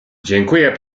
dziękuję